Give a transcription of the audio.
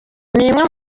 imwe